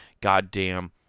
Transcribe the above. goddamn